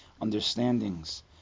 Understandings